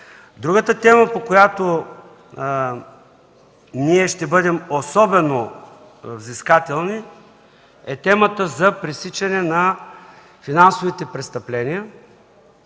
Другата тема, по която ще бъдем особено взискателни, е темата за пресичане на финансовите престъпления,